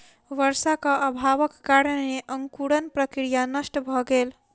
वर्षाक अभावक कारणेँ अंकुरण प्रक्रिया नष्ट भ गेल